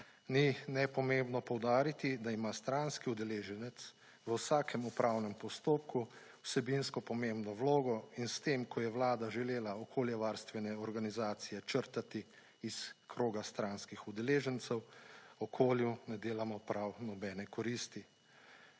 Ni nepomembno poudariti, da ima stranski udeleženec v vsakem upravnem postopku vsebinsko pomembno vlogo in s tem, ko je Vlada želela okoljevarstvene organizacije črtati iz kroga stranski udeležencev okolju ne delamo prav nobene koristi.